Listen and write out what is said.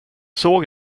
såg